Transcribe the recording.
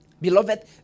Beloved